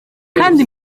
kandi